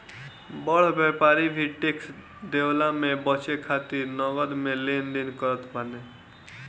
बड़ व्यापारी भी टेक्स देवला से बचे खातिर नगद में लेन देन करत बाने